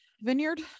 Vineyard